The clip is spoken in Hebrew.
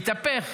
מתהפך,